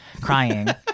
crying